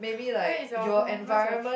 where is your home where's your true home